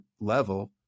level